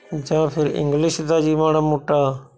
ਜਾਂ ਫਿਰ ਇੰਗਲਿਸ਼ ਦਾ ਜੀ ਮਾੜਾ ਮੋਟਾ